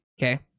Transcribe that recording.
Okay